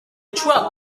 truck